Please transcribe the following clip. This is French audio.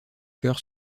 cœur